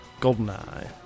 Goldeneye